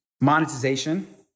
monetization